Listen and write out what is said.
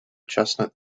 chestnut